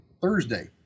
Thursday